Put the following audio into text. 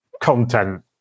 content